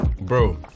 Bro